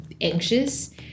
anxious